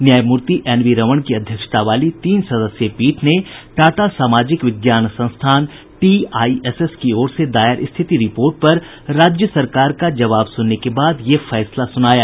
न्यायमूर्ति N V Raman की अध्यक्षता वाली तीन सदस्यीय पीठ ने टाटा सामाजिक विज्ञान संस्थान टीआईएसएस की ओर से दायर स्थिति रिपोर्ट पर राज्य सरकार का जवाब सुनने के बाद यह फैसला सुनाया